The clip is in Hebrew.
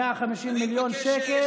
150 מיליון שקל.